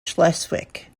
schleswig